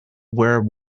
wear